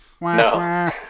no